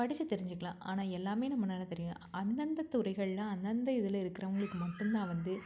படித்து தெரிஞ்சிக்கலாம் ஆனால் எல்லாமே நம்மளால தெரியா அந்தந்த துறைகளில் அந்தந்த இதில் இருக்கிறவங்களுக்கு மட்டும் தான் வந்து